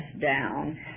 down